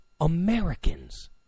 Americans